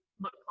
look